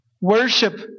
worship